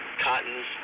cottons